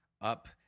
up